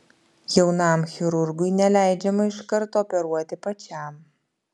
jaunam chirurgui neleidžiama iš karto operuoti pačiam